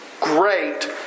great